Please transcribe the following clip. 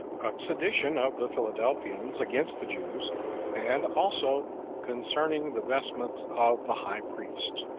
sedition of the philadelphians against the jews and also concerning the vestments of the high priest.